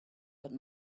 heard